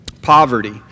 Poverty